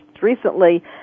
recently